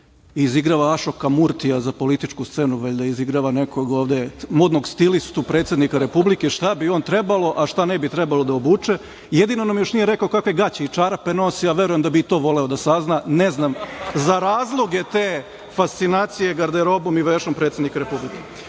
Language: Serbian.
i izigrava Ašoka Murtija za političku scenu, izigrava ovde modnog stilistu predsednika Republike, šta bi on trebalo, a šta ne bi trebalo da obuče? Jedino nam još nije rekao kakve gaće i čarape nosi, a verujem da bi i to voleo da sazna. Ne znam za razloge te fascinacije garderobom i vešom predsednika